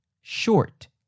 short